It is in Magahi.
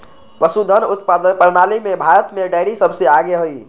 पशुधन उत्पादन प्रणाली में भारत में डेरी सबसे आगे हई